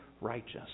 righteous